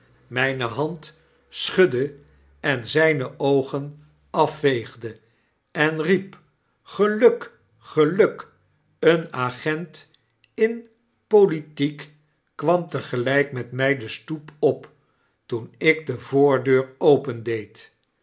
mijne hand schudde en zijne oogen afveegde en riep geluk geluk een agent in politiek kwam tegelijk met mij de stoepoptoen ik de voordeur